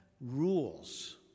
rules